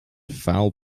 foul